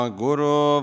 guru